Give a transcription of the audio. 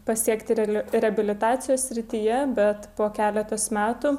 pasiekti reali reabilitacijos srityje bet po keletos metų